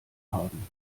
haben